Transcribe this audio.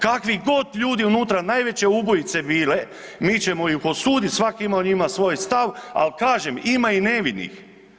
Kakvi god ljudi unutra, najveće ubojice bile, mi ćemo ih osuditi, svaki ima o njima svoj stav, ali kažem, ima i nevinih.